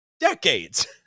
decades